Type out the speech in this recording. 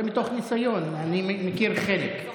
זה מתוך ניסיון, אני מכיר חלק.